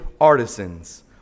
artisans